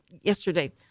yesterday